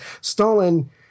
Stalin